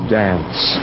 dance